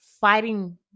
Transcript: fighting